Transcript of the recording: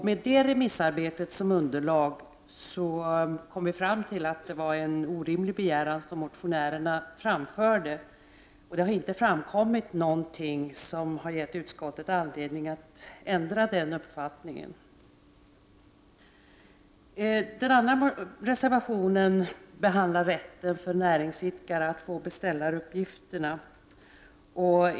Med det remissarbetet som underlag kom vi fram till att det var en orimlig begäran som motionärerna framförde, och det har inte framkommit någonting som har givit utskottet anledning att ändra på den uppfattningen. Den andra reservationen behandlar rätten för näringsidkare att få beställaruppgifterna.